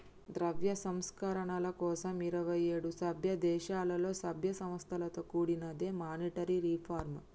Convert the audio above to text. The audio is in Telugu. ద్రవ్య సంస్కరణల కోసం ఇరవై ఏడు సభ్యదేశాలలో, సభ్య సంస్థలతో కూడినదే మానిటరీ రిఫార్మ్